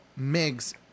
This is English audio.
Migs